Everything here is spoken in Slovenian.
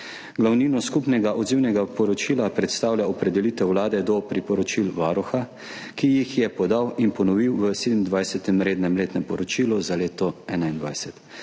Glavnino Skupnega odzivnega poročila predstavlja opredelitev Vlade do priporočil Varuha, ki jih je podal in ponovil v sedemindvajsetem rednem letnem poročilu za leto 2021.